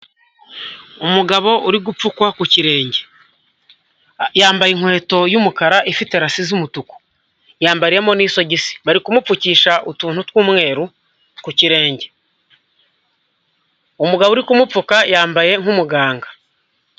Umugabo uri gupfukwa ku kirenge, yambaye inkweto y'umukara ifite rasi z'umutuku, yambaye n'isogi bari kumupfukisha utuntu tw'umweru ku kirenge, umugabo uri kumupfuka yambaye nk'umuganga.